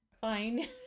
fine